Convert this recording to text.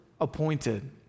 appointed